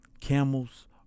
camels